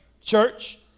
church